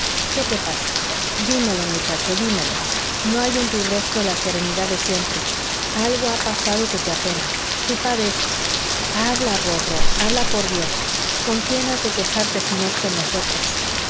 qué te pasa dímelo muchacho dímelo no hay en tu rostro la serenidad de siempre algo ha pasado que te apena tú padeces habla rorró habla por dios con quién has de quejarte si no es con nosotras